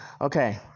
Okay